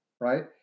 right